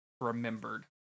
remembered